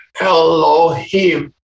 Elohim